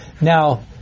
Now